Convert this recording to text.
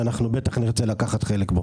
ואנחנו בטח נרצה לקחת בו חלק.